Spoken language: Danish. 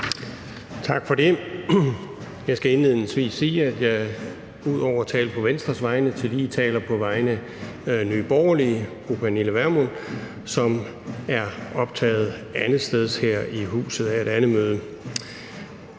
Tak for det. Jeg skal indledningsvis sige, at jeg ud over at tale på Venstres vegne tillige taler på vegne af Nye Borgerliges fru Pernille Vermund, som er optaget andetsteds her i huset af et andet møde.